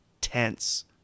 tense